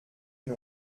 une